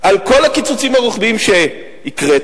על כל הקיצוצים הרוחביים שהקראתי,